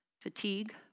fatigue